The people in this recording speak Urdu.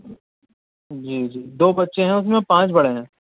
جی جی دو بچے ہیں اس میں پانچ بڑے ہیں